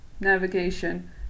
navigation